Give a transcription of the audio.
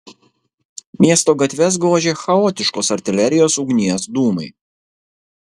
miesto gatves gožė chaotiškos artilerijos ugnies dūmai